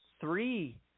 three